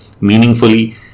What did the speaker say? meaningfully